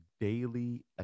daily